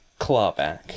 clawback